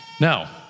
Now